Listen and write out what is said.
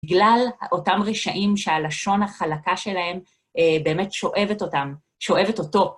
בגלל אותם רשעים, שהלשון החלקה שלהם באמת שואבת אותם, שואבת אותו.